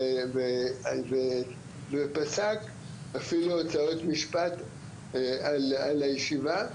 ופסק אפילו הוצאות משפט על הישיבה,